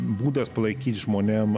būdas palaikyt žmonėm